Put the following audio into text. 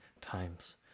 times